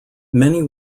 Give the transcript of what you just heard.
many